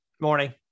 Morning